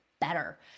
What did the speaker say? better